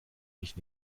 mich